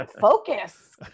focus